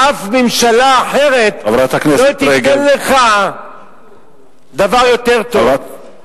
אף ממשלה אחרת לא תיתן לך דבר יותר טוב,